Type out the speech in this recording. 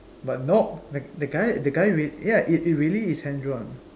but nope that guy that guy real~ yup it really is hand-drawn